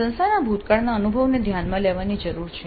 સંસ્થાના ભૂતકાળના અનુભવને ધ્યાનમાં લેવાની જરૂર છે